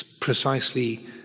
precisely